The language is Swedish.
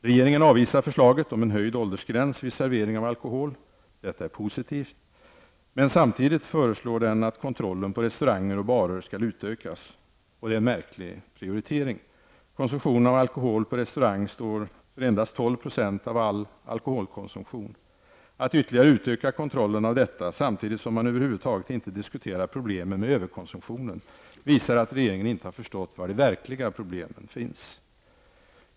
Regeringen avvisar förslaget om en höjd åldersgräns vid servering av alkohol. Detta är positivt. Men samtidigt föreslår den att kontrollen av restauranger och barer skall utökas. Det är en märklig prioritering. Konsumtionen av alkohol på restaurang står för endast 12 % av all alkoholkonsumtion. Att ytterligare utöka kontrollen av detta, samtidigt som man över huvud taget inte diskuterar problemen med överkonsumtionen, visar att regeringen inte har förstått var de verkliga problemen finns.